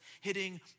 hitting